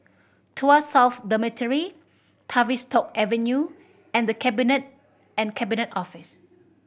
Tuas South Dormitory Tavistock Avenue and The Cabinet and Cabinet Office